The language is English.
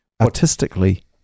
artistically